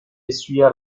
essuya